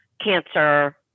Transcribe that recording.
cancer